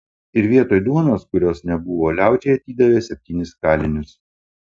ir vietoj duonos kurios nebuvo liaudžiai atidavė septynis kalinius